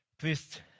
Please